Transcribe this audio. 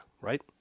right